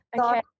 Okay